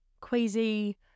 queasy